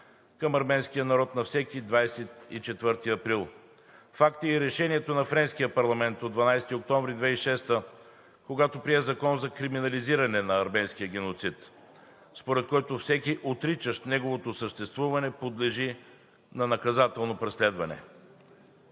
към арменския народ на всеки 24 април. Факт е и решението на френския парламент от 12 октомври 2006 г., когато прие Закон за криминализиране на арменския геноцид, според който всеки, отричащ неговото съществуване, подлежи на наказателно преследване.